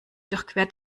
durchquert